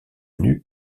nues